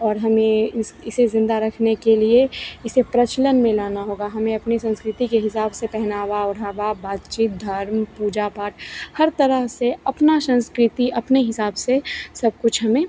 और हमें इसे ज़िंदा रखने के लिए इसे प्रचलन में लाना होगा हमें अपनी संस्कृति के हिसाब से पहनावा ओढ़ावा बात चीत धर्म पूजा पाठ हर तरह से अपना संस्कृति अपने हिसाब से सब कुछ हमें